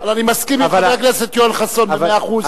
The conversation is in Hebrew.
אבל אני מסכים עם חבר הכנסת יואל חסון במאה אחוז.